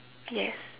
yes